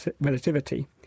relativity